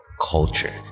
culture